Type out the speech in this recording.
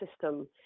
system